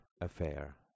Affair